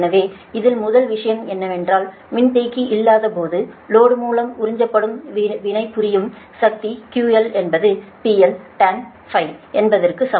எனவே இதில் முதல் விஷயம் என்னவென்றால் மின்தேக்கி இல்லாத போது லோடு மூலம் உறிஞ்சப்படும் வினைபுரியும் சக்தி QL என்பது PL Tan என்பதற்கு சமம்